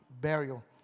burial